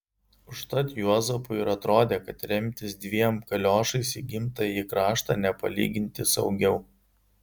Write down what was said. užtat juozapui ir atrodė kad remtis dviem kaliošais į gimtąjį kraštą nepalyginti saugiau